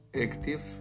active